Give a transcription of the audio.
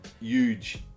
Huge